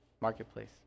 marketplace